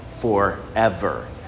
forever